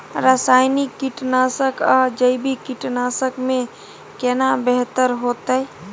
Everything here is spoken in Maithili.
रसायनिक कीटनासक आ जैविक कीटनासक में केना बेहतर होतै?